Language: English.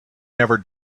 never